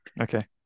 Okay